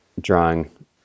drawing